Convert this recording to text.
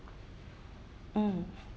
mm